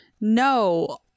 No